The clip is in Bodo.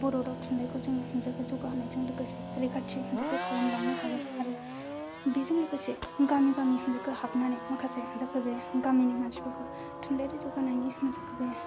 बर' राव थुनलाइखौ जों हानजाखौ जौगाहोनायजों लोगोसे रैखाथि हानजाखौ खालाम लांनो हागोन आरो बेजों लोगोसे गामि गामि जायगा हाबनानै माखासे हानजाखौ बे गामिनि मानसिफोरखौ थुनलाइआरि जौगाहोनायनि हानजाखौ बे